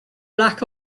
lack